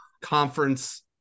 conference